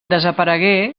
desaparegué